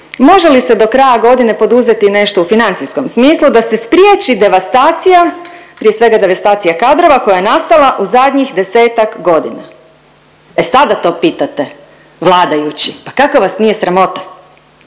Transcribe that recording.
može li se do kraja godine poduzeti nešto u financijskom smislu da se spriječi devastacija, prije svega devastacija kadrova koja je nastala u zadnjih desetak godina. E sada to pitate vladajući? Pa kako vas nije sramota?